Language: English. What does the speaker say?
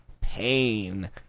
pain